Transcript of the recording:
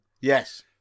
Yes